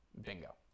Bingo